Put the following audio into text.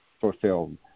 fulfilled